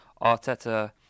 Arteta